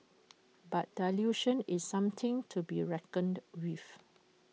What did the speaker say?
but dilution is something to be reckoned with